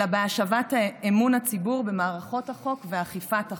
אלא בהשבת אמון הציבור במערכות החוק ואכיפת החוק.